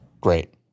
Great